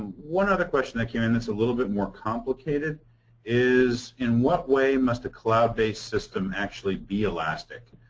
one other question that came in that's a little bit more complicated is, in what way must a cloud-based system actually be elastic?